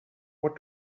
what